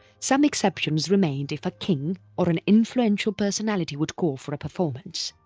some exceptions remained if a king or an influential personality would call for a performance.